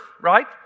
right